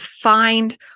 find